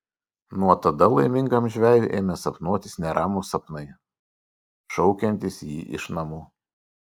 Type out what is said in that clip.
nuo tada laimingam žvejui ėmė sapnuotis neramūs sapnai šaukiantys jį iš namų